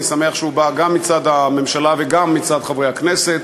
אני שמח שהוא בא גם מצד הממשלה וגם מצד חברי הכנסת,